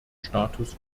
status